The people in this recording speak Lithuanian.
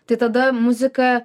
tai tada muzika